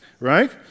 right